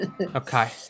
Okay